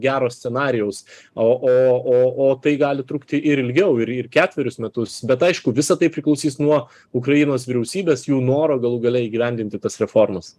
gero scenarijaus o o o o tai gali trukti ir ilgiau ir ir ketverius metus bet aišku visa tai priklausys nuo ukrainos vyriausybės jų noro galų gale įgyvendinti tas reformas